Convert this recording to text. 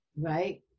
right